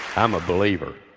i'm a believer.